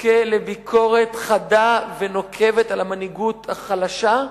יזכה לביקורת חדה ונוקבת על המנהיגות החלשה,